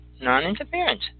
Non-interference